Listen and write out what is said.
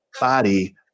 body